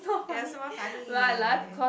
ya someone funny